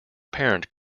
parent